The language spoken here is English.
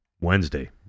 Wednesday